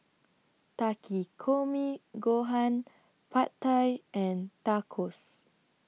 Takikomi Gohan Pad Thai and Tacos